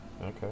Okay